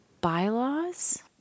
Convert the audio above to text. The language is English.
bylaws